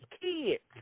kids